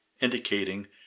indicating